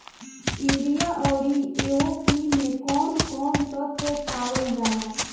Urea औरी AOP मै कौवन कौवन तत्व पावल जाला?